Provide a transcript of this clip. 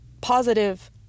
positive